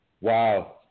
Wow